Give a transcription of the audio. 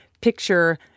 picture